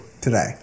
today